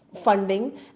funding